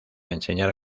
enseñar